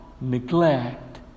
neglect